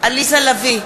עליזה לביא,